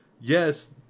yes